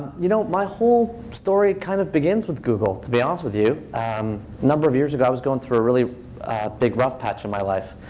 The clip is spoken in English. you know, my whole story kind of begins with google, to be honest with you. a number of years ago, i was going through a really big rough patch in my life.